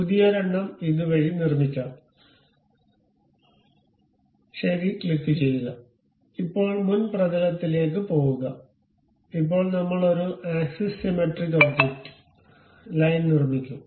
പുതിയൊരെണ്ണം ഇതുവഴി നിർമിക്കാം ഭാഗം ശരി ക്ലിക്കുചെയ്യുക ഇപ്പോൾ മുൻ പ്രതലത്തിലേക്ക് പോകുക ഇപ്പോൾ നമ്മൾ ഒരു ആക്സിസ് സിമെട്രിക് ഒബ്ജക്റ്റ് ലൈൻ നിർമ്മിക്കും